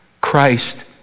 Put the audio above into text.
Christ